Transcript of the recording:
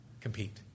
compete